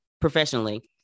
professionally